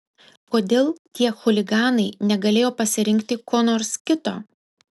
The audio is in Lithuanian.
kodėl tie chuliganai negalėjo pasirinkti ko nors kito